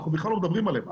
אנחנו בכלל לא מדברים עליהן,